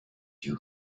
you